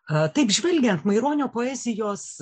taip žvelgiant maironio poezijos